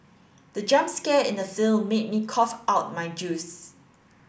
the jump scare in the film made me cough out my juice